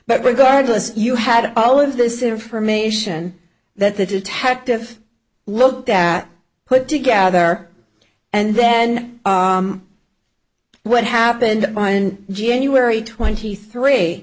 but regardless you had all of this information that the detective looked at put together and then what happened on january twenty three